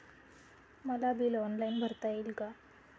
मला bill online भरता येईल का?